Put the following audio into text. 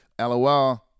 Lol